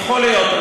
יכול להיות.